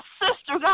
sister